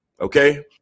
Okay